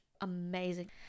amazing